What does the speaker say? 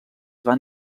van